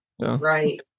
right